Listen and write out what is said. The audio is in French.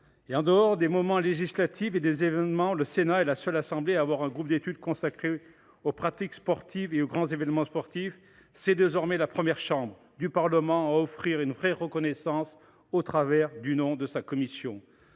En dehors des moments législatifs et des événements, le Sénat est la seule assemblée à avoir un groupe d’études consacré aux pratiques sportives et aux grands événements sportifs. C’est désormais la première chambre du Parlement à offrir au sport une vraie reconnaissance au travers du nom de l’une